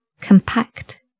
compact